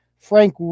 Frank